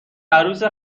عروس